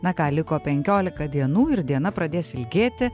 na ką liko penkiolika dienų ir diena pradės ilgėti